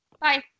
bye